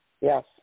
Yes